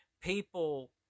People